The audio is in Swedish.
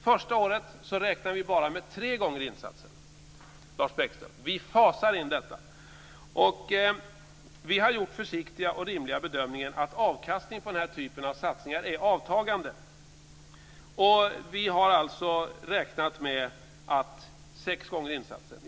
Första året räknar vi bara med tre gånger insatsen. Vi fasar in detta, Lars Bäckström. Vi har gjort den försiktiga och rimliga bedömningen av avkastningen på den här typen av satsningar är avtagande. Vi har alltså räknat med sex gånger insatsen.